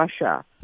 Russia